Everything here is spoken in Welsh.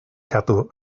cadw